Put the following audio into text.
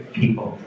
people